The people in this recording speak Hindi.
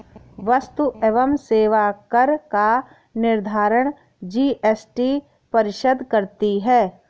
वस्तु एवं सेवा कर का निर्धारण जीएसटी परिषद करती है